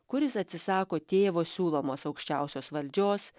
kuris atsisako tėvo siūlomos aukščiausios valdžios